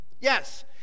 yes